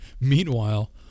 Meanwhile